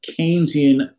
Keynesian